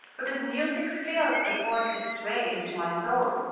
but his music fails to force its way into my soul.